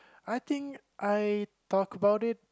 I think I talk about it